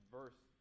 verse